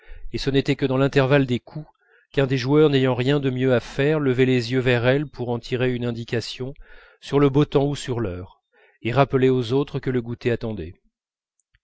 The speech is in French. et ce n'était que dans l'intervalle des coups qu'un des joueurs n'ayant rien de mieux à faire levait les yeux vers elle pour en tirer une indication sur le beau temps ou sur l'heure et rappeler aux autres que le goûter attendait